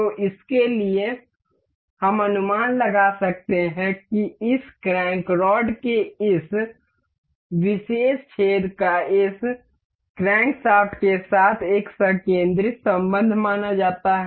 तो इसके लिए हम अनुमान लगा सकते हैं कि इस क्रैंक रॉड के इस विशेष छेद का इस क्रैंकशाफ्ट के साथ एक संकिंद्रिक संबंध माना जाता है